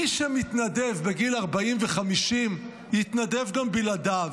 מי שמתנדב בגיל 40 ו-50 יתנדב גם בלעדיו,